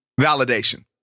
validation